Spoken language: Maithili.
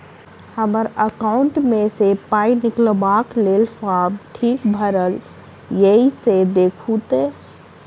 हम्मर एकाउंट मे सऽ पाई निकालबाक लेल फार्म ठीक भरल येई सँ देखू तऽ?